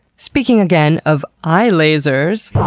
speaking again of eye lasers.